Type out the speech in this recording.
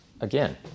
again